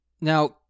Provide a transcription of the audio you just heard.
Now